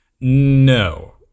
No